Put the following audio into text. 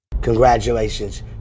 Congratulations